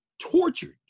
Tortured